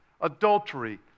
adultery